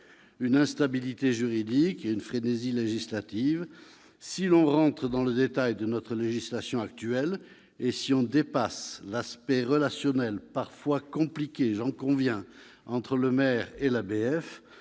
l'instabilité juridique et la frénésie législative. Si l'on entre dans le détail de notre législation actuelle et si l'on dépasse l'aspect relationnel, parfois compliqué- j'en conviens -, entre le maire et